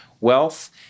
Wealth